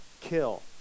kill